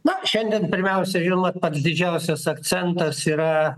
na šiandien pirmiausia žinoma pats didžiausias akcentas yra